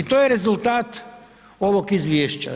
I to je rezultat ovog izvješća.